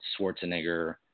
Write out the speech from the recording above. Schwarzenegger